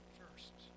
first